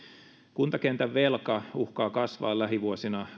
kuntakentän velka uhkaa kasvaa lähivuosina